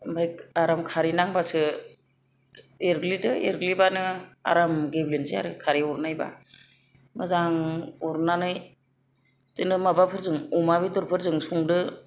ओमफ्राय आराम खारै नांबासो एरग्लिदो एरग्लिबानो आराम गेब्लेसै आरो खारै हरनायबा मोजां उरनानै बिदिनो माबाफोरजों अमा बेदरफोरजों संदो